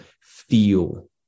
feel